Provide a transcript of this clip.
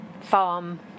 farm